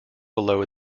below